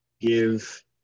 give